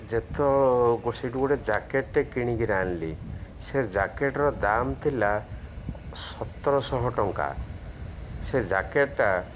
ଯେ ତ ସେଇଠୁ ଗୋଟେ ଜ୍ୟାକେଟ୍ଟେ କିଣିକିରି ଆଣିଲି ସେ ଜ୍ୟାକେଟ୍ର ଦାମ ଥିଲା ସତରଶହ ଟଙ୍କା ସେ ଜ୍ୟାକେଟ୍ଟା